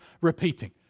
repeating